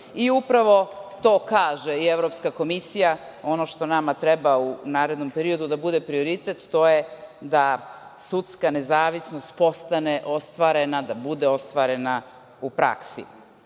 Upravo to kaže Evropska komisija. Ono što nama treba u narednom periodu da bude prioritet to je da sudska nezavisnost postane ostvarena, da bude ostvarena u praksi. Ustavni